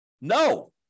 No